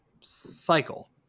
cycle